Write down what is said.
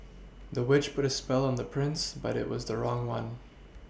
the witch put a spell on the prince but it was the wrong one